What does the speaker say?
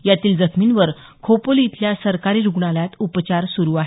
यातील जखमींवर खोपोली इथल्या सरकारी रुग्णालयात उपचार सुरू आहेत